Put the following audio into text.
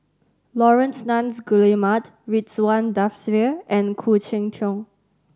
Laurence Nunns Guillemard Ridzwan Dzafir and Khoo Cheng Tiong